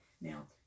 Now